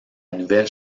nouvelle